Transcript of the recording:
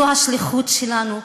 זו השליחות שלנו.